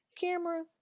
camera